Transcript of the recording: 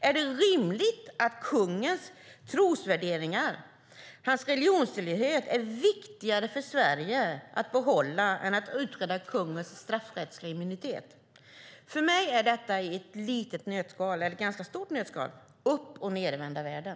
Är det rimligt att det är viktigare för Sverige att behålla kungens trosvärderingar och religion än att utreda kungens straffrättsliga immunitet? För mig är detta i ett nötskal upp och nedvända världen.